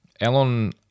Elon